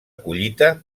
collita